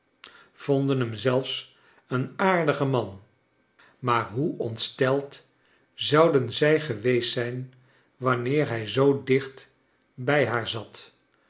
vonden hem zelfs een aardige man maar hoe ontsteld zouden zij zijn geweest wanneer hij zoo dicht bij haar zat